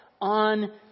on